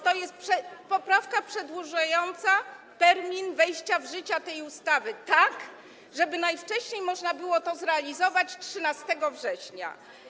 To jest poprawka przedłużająca termin wejścia w życie tej ustawy tak, żeby najwcześniej można było to zrealizować 13 września.